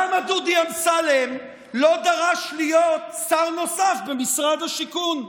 למה דודי אמסלם לא דרש להיות שר נוסף במשרד השיכון?